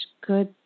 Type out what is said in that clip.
good